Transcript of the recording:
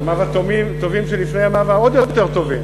ימיו הטובים שלפני ימיו העוד יותר טובים.